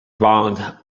bong